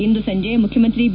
ಇಂದು ಸಂಜೆ ಮುಖ್ಯಮಂತ್ರಿ ಬಿ